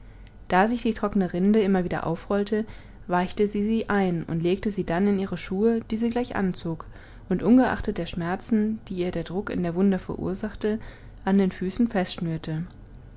da sich die trockene rinde immer wieder aufrollte weichte sie sie ein und legte sie dann in ihre schuhe die sie gleich anzog und ungeachtet der schmerzen die ihr der druck in der wunde verursachte an den füßen